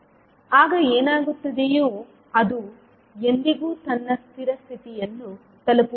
ಆಗ ಏನಾಗುತ್ತದೆಯೋ ಅದು ಎಂದಿಗೂ ತನ್ನ ಸ್ಥಿರ ಸ್ಥಿತಿಯನ್ನು ತಲುಪುವುದಿಲ್ಲ